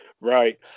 Right